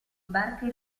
barche